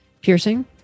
piercing